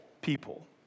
people